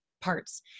parts